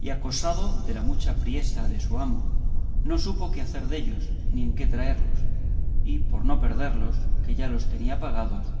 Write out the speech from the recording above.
y acosado de la mucha priesa de su amo no supo qué hacer dellos ni en qué traerlos y por no perderlos que ya los tenía pagados